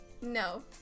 No